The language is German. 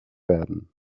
werden